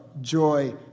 joy